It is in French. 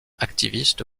activiste